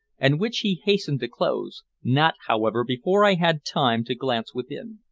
and which he hastened to close, not, however, before i had time to glance within.